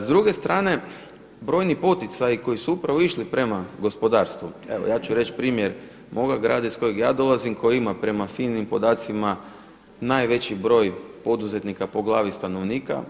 S druge strane brojni poticaji koji su upravo išli prema gospodarstvu, evo ja ću reći primjer moga grada iz kojeg ja dolazim koji ima prema FINA-inim podacima najveći broj poduzetnika po glavi stanovnika.